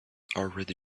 already